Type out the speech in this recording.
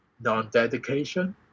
non-dedication